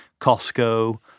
Costco